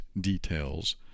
details